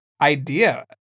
idea